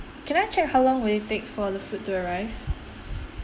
can I check how long will it take for the food to arrive